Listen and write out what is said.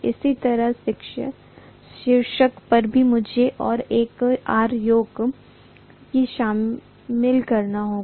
इसी तरह शीर्ष पर भी मुझे और एक R योक को शामिल करना होगा